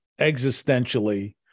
existentially